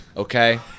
Okay